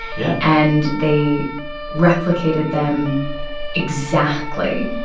yeah and they replicated them exactly.